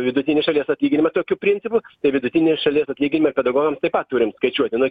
vidutinį šalies atlyginimą tokiu principu tai vidutinį šalies atlyginimą pedagogams taip pat turim skaičiuoti nuo